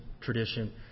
tradition